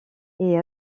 est